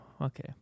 Okay